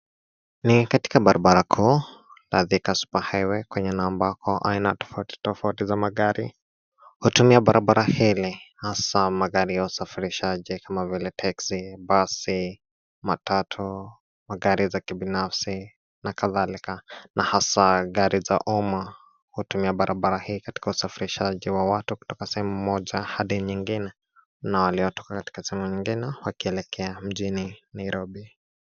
Ni katika barabara kuu la Thika super highway kwenye ambako aina tofauti tofauti za magari hutumia barabara hili, hasa magari ya usafirishaji kama vile teksi, basi, matatu, magari za kibinafsi na kadhalika na hasa gari za umma hutumia barabara hii katika usafirishaji wa watu kutoka sehemu moja hadi nyingine na waliotoka katika sehemu nyingine wakielekea mjini Nairobi